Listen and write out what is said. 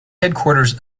headquarters